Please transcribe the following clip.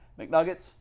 McNuggets